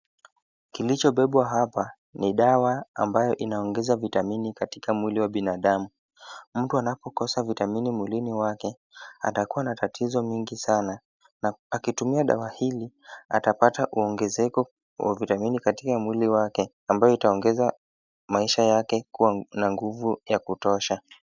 Kilichobebwa hapa ni dawa ambayo inaongeza vitamini katika mwili wa binadamu. Mtu anapokosa vitamini mwilini wake, atakuwa na tatizo mingi sana na akitumia dawa hili, atapata uongezeko wa vitamini katika mwili wake ambayo itaongeza maisha yake kuwa na nguvu ya kutosha.